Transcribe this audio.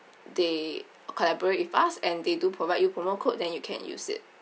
they collaborate with us and they do provide you promo code then you can use it